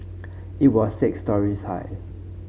it was six storeys high